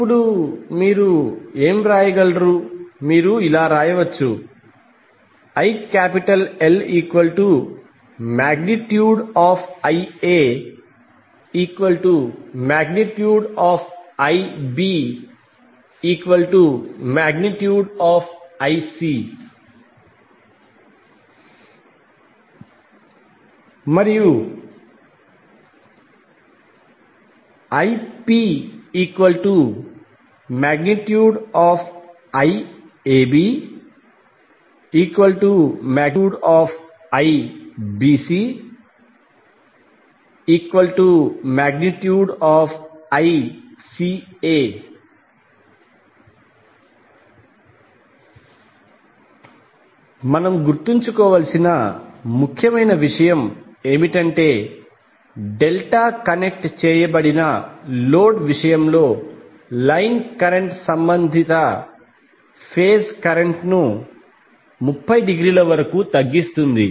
ఇప్పుడు మీరు ఏమి వ్రాయగలరు మీరు ఇలా రాయచ్చు ILIaIbIc మరియు IpIABIBCICA మనం గుర్తుంచుకోవలసిన ముఖ్యమైన విషయం ఏమిటంటే డెల్టా కనెక్ట్ చేయబడిన లోడ్ విషయంలో లైన్ కరెంట్ సంబంధిత ఫేజ్ కరెంట్ను 30 డిగ్రీల వరకు తగ్గిస్తుంది